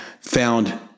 found